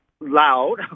loud